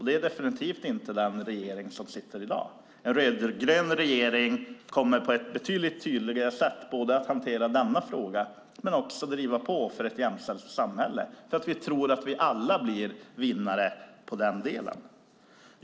Det har definitivt inte den nu sittande regeringen. En rödgrön regering kommer på ett betydligt tydligare sätt att både hantera denna fråga och driva på för ett jämställt samhälle. Vi tror att vi alla därmed blir vinnare.